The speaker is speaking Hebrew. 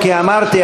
כי אמרתי,